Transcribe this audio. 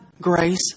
grace